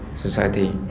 society